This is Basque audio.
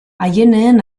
aieneen